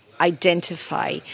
identify